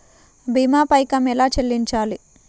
భీమా పైకం ఎలా చెల్లించాలి?